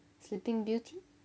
sleeping beauty